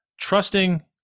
trusting